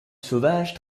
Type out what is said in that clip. sauvage